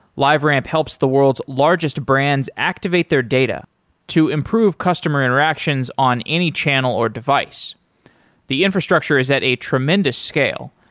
liveramp helps the world's largest brands activate their data to improve customer interactions on any channel or device the infrastructure is at a tremendous scale.